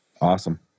Awesome